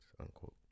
unquote